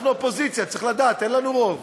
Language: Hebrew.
אנחנו אופוזיציה, צריך לדעת, אין לנו רוב